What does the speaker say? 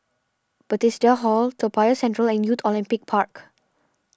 Bethesda Hall Toa Payoh Central and Youth Olympic Park